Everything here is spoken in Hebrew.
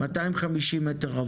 250 מ"ר,